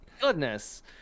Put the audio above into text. goodness